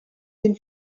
den